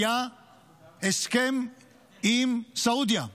הייתה הסכם עם סעודיה,